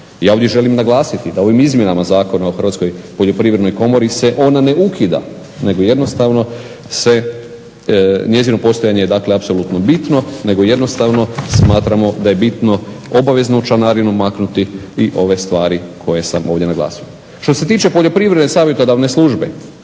Ja ovdje želim naglasiti da ovim izmjenama Zakona o Hrvatskoj poljoprivrednoj komori se ona ne ukida, nego jednostavno se njezino postojanje dakle je apsolutno bitno, nego jednostavno smatramo da je bitno obaveznu članarinu maknuti i ove stvari koje sam ovdje naglasio. Što se tiče poljoprivredne savjetodavne službe